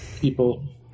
people